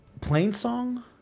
Plainsong